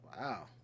wow